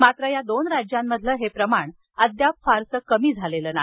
मात्र या दोन राज्यांमधील हे प्रमाण अद्याप फारसे कमी झालेले नाही